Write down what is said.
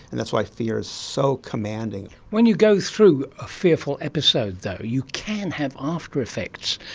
and that's why fear is so commanding. when you go through a fearful episode though you can have after-effects,